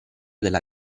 della